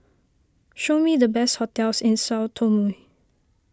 show me the best hotels in Sao Tome